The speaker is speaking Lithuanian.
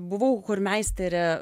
buvau chormeisterė